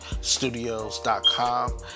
studios.com